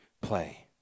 play